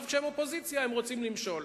עכשיו, כשהם אופוזיציה, הם רוצים למשול.